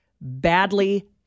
badly